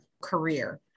career